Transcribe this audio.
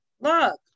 look